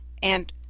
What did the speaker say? and,